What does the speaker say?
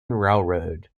railroad